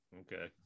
Okay